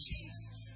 Jesus